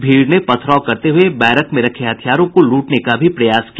भीड़ ने पथराव करते हुये बैरक में रखे हथियारों को लूटने का भी प्रयास किया